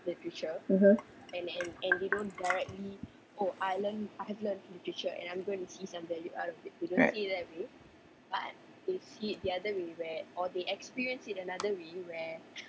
mmhmm right